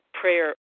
prayer